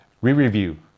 Re-review